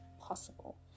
possible